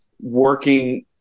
working